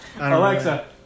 Alexa